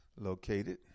located